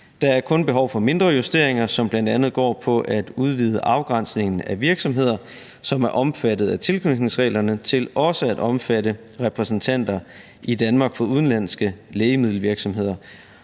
Der er kun behov for mindre justeringer, som bl.a. går på at udvide afgrænsningen af virksomheder, som er omfattet af tilknytningsreglerne, til også at omfatte repræsentanter i Danmark for udenlandske lægemiddelvirksomheder,